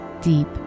deep